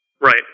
Right